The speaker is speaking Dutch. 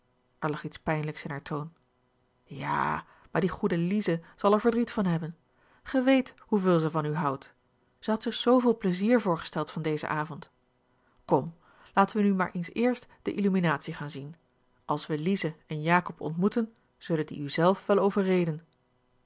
er lag iets pijnlijks in haar toon a l g bosboom-toussaint langs een omweg ja maar die goede lize zal er verdriet van hebben gij weet hoeveel zij van u houdt zij had zich zooveel pleizier voorgesteld van dezen avond kom laten we nu maar eens eerst de illuminatie gaan zien als we lize en jakob ontmoeten zullen die u zelf wel overreden